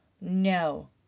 no